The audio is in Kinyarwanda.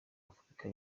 afurika